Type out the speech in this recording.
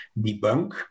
debunk